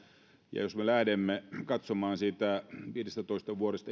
jos me lähdemme katsomaan sitä viidestätoista